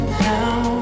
now